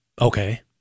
Okay